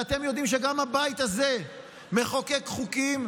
אתם הרי יודעים שגם הבית הזה מחוקק חוקים